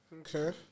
Okay